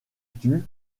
tue